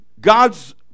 God's